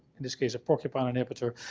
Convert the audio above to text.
in this case a porcupine inhibitor.